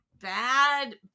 bad